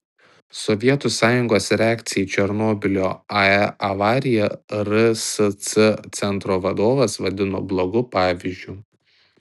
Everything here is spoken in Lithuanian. sovietų sąjungos reakciją į černobylio ae avariją rsc centro vadovas vadino blogu pavyzdžiu